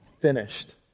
finished